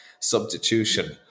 substitution